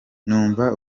numva